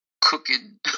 cooking